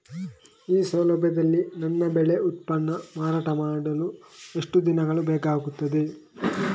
ಈ ಸೌಲಭ್ಯದಲ್ಲಿ ನನ್ನ ಬೆಳೆ ಉತ್ಪನ್ನ ಮಾರಾಟ ಮಾಡಲು ಎಷ್ಟು ದಿನಗಳು ಬೇಕಾಗುತ್ತದೆ?